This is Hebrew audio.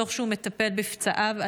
תוך שהוא מטפל בפצעיו,